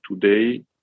today